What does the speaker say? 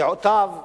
דעותיו,